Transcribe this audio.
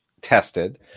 tested